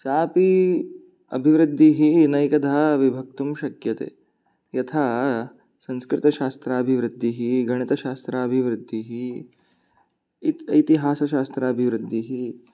सापि अभिवृद्धिः नैकधा विभक्तुं शक्यते यथा संस्कृतशास्त्राभिवृद्धिः गणितशास्त्राभिवृद्धिः इति इतिहासशास्त्राभिवृद्धिः